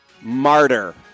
martyr